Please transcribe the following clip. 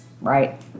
right